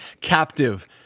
captive